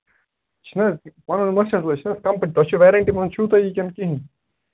چھِنہٕ حظ پَنُن ما چھُ اَسہِ أسۍ چھِ حظ کمپٔنی تۅہہِ چھُو ویرنٹی منٛز چھُ تۅہہِ یہِ کِنہٕ کِہیٖنۍ